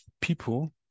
people